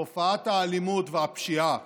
תופעת האלימות והפשיעה